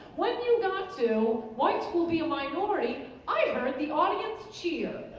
when you got to whites will be a minority i heard the audience cheer.